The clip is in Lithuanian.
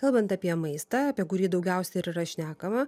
kalbant apie maistą apie kurį daugiausia ir yra šnekama